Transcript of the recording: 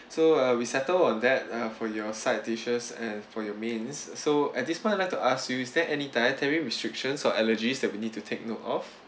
so uh we settle on that uh for your side dishes and for your mains so I just want to like to ask you is there any dietary restrictions or allergies that we need to take note of